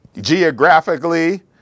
geographically